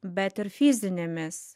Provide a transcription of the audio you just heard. bet ir fizinėmis